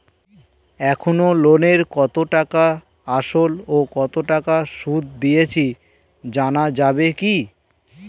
এখনো লোনের কত টাকা আসল ও কত টাকা সুদ দিয়েছি জানা যাবে কি?